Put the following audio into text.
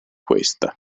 questa